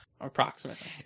approximately